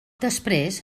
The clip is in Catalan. després